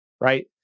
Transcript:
right